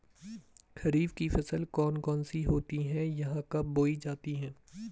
खरीफ की फसल कौन कौन सी होती हैं यह कब बोई जाती हैं?